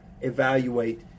evaluate